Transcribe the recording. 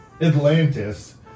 Atlantis